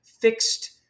fixed